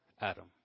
Adam